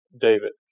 David